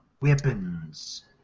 Weapons